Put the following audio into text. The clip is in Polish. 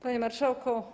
Panie Marszałku!